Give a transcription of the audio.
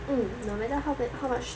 mm no matter how ba~ how much